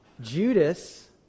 Judas